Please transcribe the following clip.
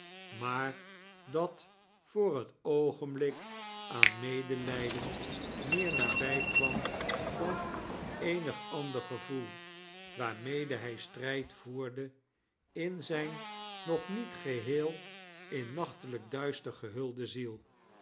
maar dat voor het i oogenblik aan medelijden meer nabijkwam dan eenig ander gevoel waar i mede hij strijd voerde in zijn nog niet geheel in nachtelijk duister gehulde ziel